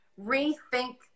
rethink